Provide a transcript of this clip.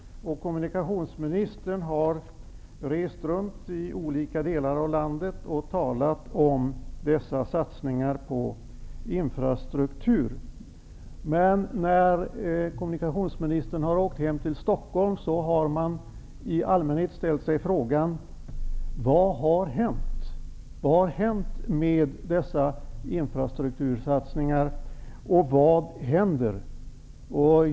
Kommunikationsministern har rest runt i olika delar av landet och talat om dem. Men när kommunikationsministern har kommit hem till Stockholm har man i allmänhet ställt sig frågan: Vad har hänt med dessa infrastruktursatsningar, och vad händer?